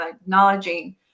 acknowledging